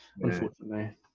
Unfortunately